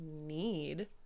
need